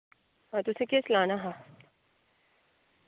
हां तुसें केह् सलाना हा